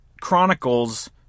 chronicles